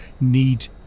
need